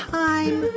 time